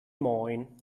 moin